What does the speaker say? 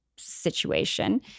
Situation